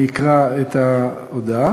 אני אקרא את ההודעה: